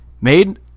Made